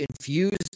infuse